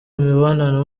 imibonano